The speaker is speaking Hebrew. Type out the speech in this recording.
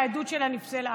והעדות שלה נפסלה.